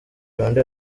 rwanda